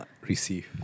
receive